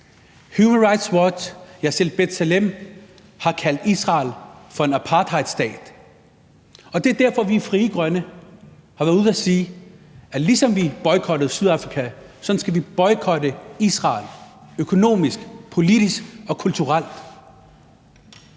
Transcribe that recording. Human Rights Watch og selv B'Tselem har kaldt Israel for en apartheidstat, og det er derfor, vi i Frie Grønne har været ude at sige, at ligesom vi boykottede Sydafrika, skal vi boykotte Israel: økonomisk, politisk og kulturelt.